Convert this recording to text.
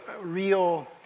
real